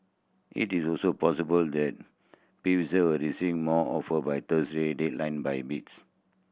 it is also possible that Pfizer will receive more offer by Thursday deadline by bids